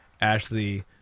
Ashley